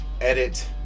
edit